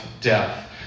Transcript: death